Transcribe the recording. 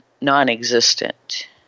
non-existent